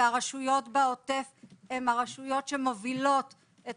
והרשויות בעוטף הן הרשויות שמובילות את